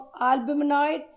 albuminoid